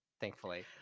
thankfully